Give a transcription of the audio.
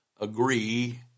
agree